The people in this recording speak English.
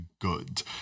good